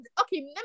okay